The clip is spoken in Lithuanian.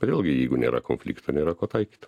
vėlgi jeigu nėra konflikto nėra ko taikyt